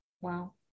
Wow